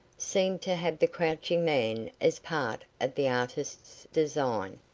seemed to have the crouching man as part of the artist's design,